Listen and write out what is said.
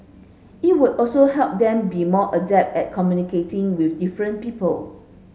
it would also help them be more adept at communicating with different people